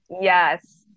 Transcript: Yes